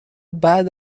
بعد